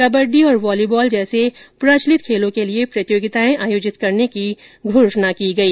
kabaddi volleyball जैसे प्रचलित खेलों के लिए प्रतियोगिताएं आयोजित करने की घोषणा की गई